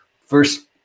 first